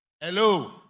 Hello